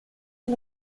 del